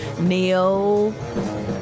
Neil